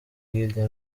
hirya